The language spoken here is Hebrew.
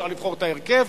אפשר לבחור את ההרכב,